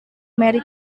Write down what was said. mary